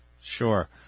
Sure